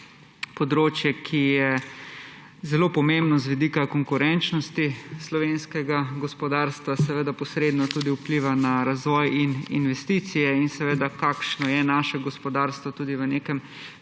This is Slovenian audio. področje, ki je zelo pomembno z vidika konkurenčnosti slovenskega gospodarstva, seveda posredno vpliva na razvoj in investicije, in kakšno je naše gospodarstvo tudi v nekem